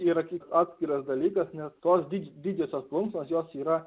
yra tik atskiras dalykas nes tos di didžiosios plunksnos jos yra